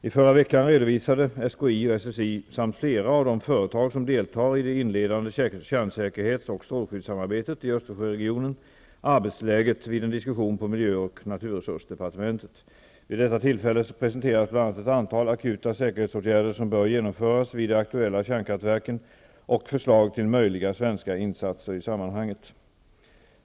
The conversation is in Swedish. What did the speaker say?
I förra veckan redovisade SKI och SSI samt flera av de företag som deltar i det inledande kärnsäkerhetsoch strålskyddssamarbetet i Östersjöregionen arbetsläget vid en diskussion på miljö och naturresursdepartementet. Vid detta tillfälle presenterades bl.a. ett antal akuta säkerhetsåtgärder som bör genomföras vid de aktuella kärnkraftverken och förslag till möjliga svenska insatser i sammanhanget.